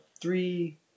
three